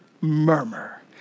murmur